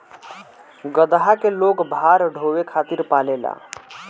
गदहा के लोग भार ढोवे खातिर पालेला